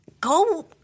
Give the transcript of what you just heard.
go